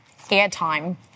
airtime